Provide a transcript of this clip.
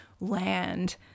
land